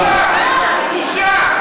בושה, בושה.